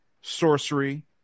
sorcery